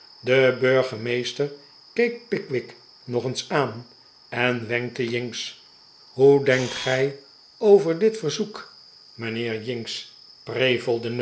de burgemeester keek pickwick nog eens aan en wenkte jinks hoe denkt gij over dit verzoek mijnheer